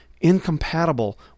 incompatible